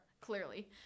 clearly